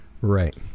Right